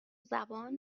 زبان